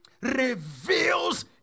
reveals